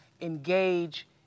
engage